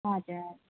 हजुर